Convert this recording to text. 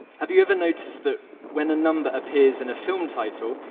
have you ever noticed that when a number appears in a film title,